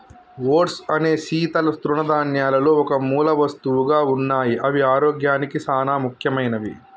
oats అనేక శీతల తృణధాన్యాలలో ఒక మూలవస్తువుగా ఉన్నాయి అవి ఆరోగ్యానికి సానా ముఖ్యమైనవి